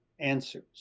answers